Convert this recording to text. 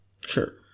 Sure